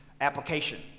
application